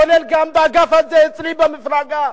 כולל באגף הזה אצלי במפלגה,